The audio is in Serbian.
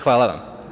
Hvala vam.